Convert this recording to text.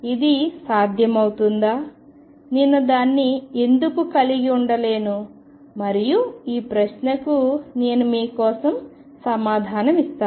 ఇది సాధ్యమవుతుందా నేను దానిని ఎందుకు కలిగి ఉండలేను మరియు ఈ ప్రశ్నకు నేను మీ కోసం సమాధానం ఇస్తాను